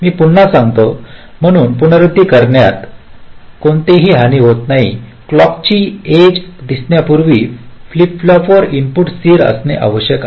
मी पुन्हा सांगतो म्हणून पुनरावृत्ती करण्यात कोणतीही हानी होत नाही क्लॉक ची एज दिसण्यापूर्वी फ्लिप फ्लॉपवर इनपुट स्थिर असणे आवश्यक आहे